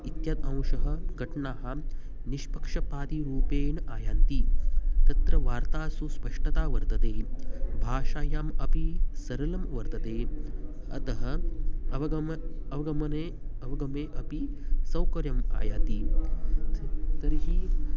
इत्यादयः अंशाः घटनाः निष्पक्षपातरूपेण आयान्ति तत्र वार्तासु स्पष्टता वर्तते भाषायाम् अपि सरलता वर्तते अतः अवगमनम् अवगमने अवगमने अपि सौकर्यम् आयाति त् तर्हि